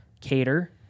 Cater